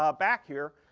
ah back here,